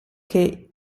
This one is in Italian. che